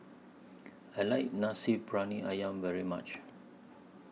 I like Nasi Briyani Ayam very much